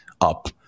up